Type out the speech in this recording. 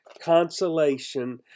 consolation